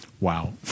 Wow